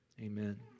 Amen